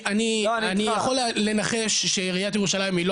אני יכול לנחש שעיריית ירושלים היא לא